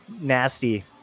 nasty